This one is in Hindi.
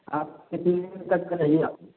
आप कितने तक का चाहिए आपको